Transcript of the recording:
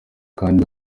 kandi